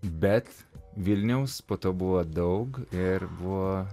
bet vilniaus po to buvo daug ir buvo